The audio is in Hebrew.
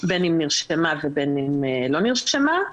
בין אם היא נרשמה ובין אם לא נרשמה.